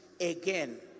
again